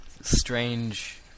strange